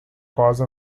cause